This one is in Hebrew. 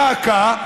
דא עקא,